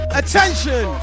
attention